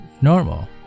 normal